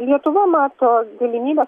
lietuva mato galimybes